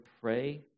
pray